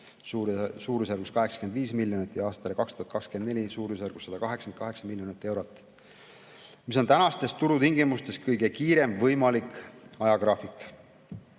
suurusjärgus 85 miljonit – ja aastaks 2024 suurusjärgus 188 miljonit eurot, mis on tänastes turutingimustes kõige kiirem võimalik ajagraafik.